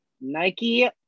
Nike